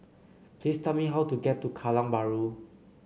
please tell me how to get to Kallang Bahru